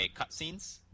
cutscenes